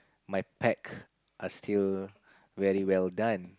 my pack are still very well done